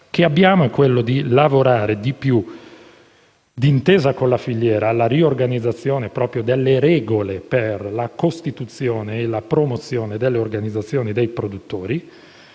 obiettivo è quello di lavorare di più, d'intesa con la filiera, alla riorganizzazione delle regole per la costituzione e la promozione delle organizzazioni dei produttori.